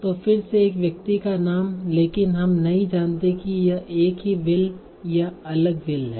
तो फिर से एक व्यक्ति का नाम है लेकिन हम नहीं जानते कि यह एक ही will या अलग will है